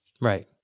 Right